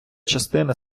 частина